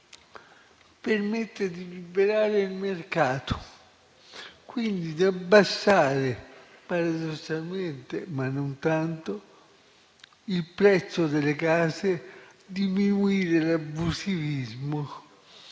Permette di liberare il mercato e, quindi, di abbassare - paradossalmente, ma non tanto - il prezzo delle case, diminuire l'abusivismo